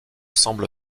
semble